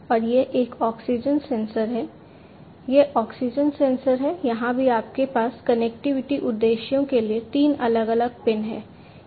और यह एक ऑक्सीजन सेंसर है यह ऑक्सीजन सेंसर है यहां भी आपके पास कनेक्टिविटी उद्देश्यों के लिए तीन अलग अलग पिन हैं